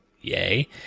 yay